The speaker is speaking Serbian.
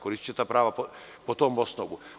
Koristiće ta prava po tom osnovu.